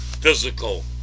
physical